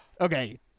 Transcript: okay